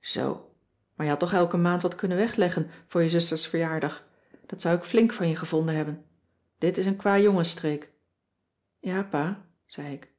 zoo maar je hadt toch elke maand wat kunnen wegleggen voor je zusters verjaardag dat zou ik flink van je gevonden hebben dt is een kwajongensstreek ja pa zei ik